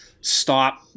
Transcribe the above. Stop